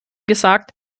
gesagt